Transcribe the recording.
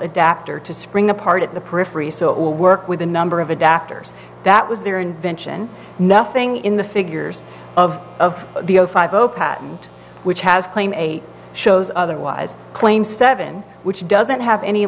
adapter to spring apart at the periphery so it will work with a number of adapters that was their invention nothing in the figures of the zero five zero patent which has claimed eight shows otherwise claim seven which doesn't have any